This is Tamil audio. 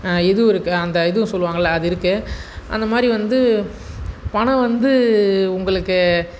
இது இருக்குது அந்த இதுவும் சொல்லுவாங்கள்லை அது இருக்குது அந்த மாதிரி வந்து பணம் வந்து உங்களுக்கு